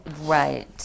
Right